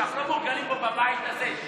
שאנחנו לא מורגלים בו בבית הזה.